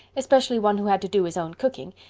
especially one who had to do his own cooking,